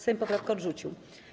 Sejm poprawkę odrzucił.